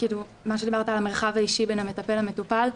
דיברת על המרחב האישי בין המטפל למטופל.